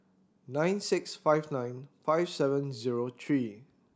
nine six five nine five seven zero three